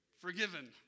forgiven